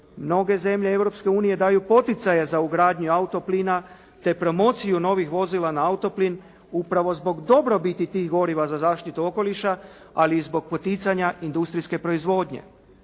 unije daju poticaje za ugradnju autoplina te promociju novih vozila na autoplin upravo zbog dobrobiti tih goriva za zaštitu okoliša ali i zbog poticanja industrijske proizvodnje.